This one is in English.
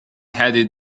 headed